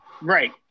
Right